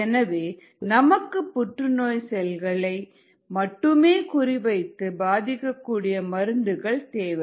எனவே நமக்கு புற்றுநோய் செல்களை மட்டுமே குறிவைத்து பாதிக்கக்கூடிய மருந்துகள் தேவை